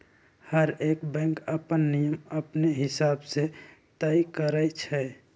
हरएक बैंक अप्पन नियम अपने हिसाब से तय करई छई